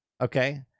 okay